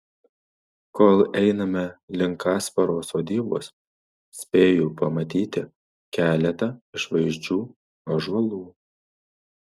kol einame link kasparo sodybos spėju pamatyti keletą išvaizdžių ąžuolų